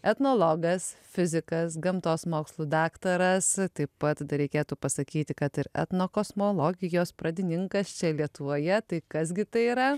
etnologas fizikas gamtos mokslų daktaras taip pat dar reikėtų pasakyti kad ir etnokosmologijos pradininkas čia lietuvoje tai kas gi tai yra